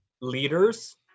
leaders